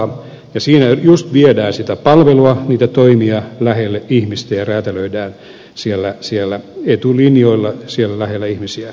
siinä juuri viedään sitä palvelua niitä toimia lähelle ihmistä ja räätälöidään siellä etulinjoilla siellä lähellä ihmisiä näitä toimenpiteitä